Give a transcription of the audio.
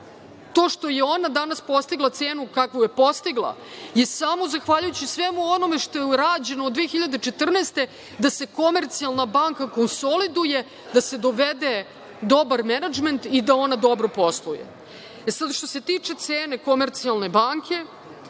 To što je ona danas postigla cenu kakvu je postigla je samo zahvaljujući svemu onome što je rađeno od 2014. godine, da se „Komercijalna banka“ konsoliduje, da se dovede dobar menadžment i da ona dobro posluje. Sada, što se tiče cene „Komercijalne banke“,